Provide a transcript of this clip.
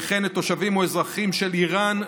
וכן לתושבים או אזרחים של איראן,